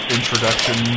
Introduction